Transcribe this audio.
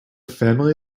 family